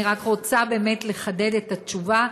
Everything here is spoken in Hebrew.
אני רק רוצה באמת לחדד את התשובה: